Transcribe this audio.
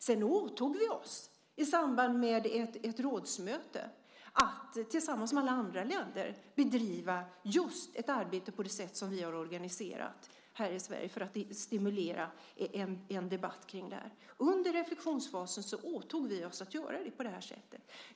Sedan åtog vi oss i samband med ett rådsmöte att tillsammans med alla andra länder bedriva just ett arbete på det sätt som vi har organiserat det i Sverige för att stimulera en debatt kring det här. Under reflexionsfasen åtog vi oss att göra på det här sättet.